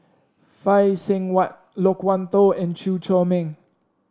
Phay Seng Whatt Loke Wan Tho and Chew Chor Meng